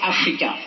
Africa